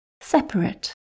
separate